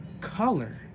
color